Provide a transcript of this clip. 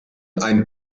ein